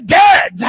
dead